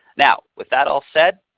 now with that all said,